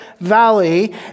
valley